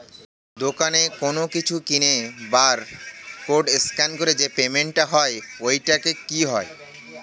দোকানে কোনো কিছু কিনে বার কোড স্ক্যান করে যে পেমেন্ট টা হয় ওইটাও কি হয়?